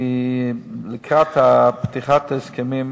לקראת פתיחת ההסכמים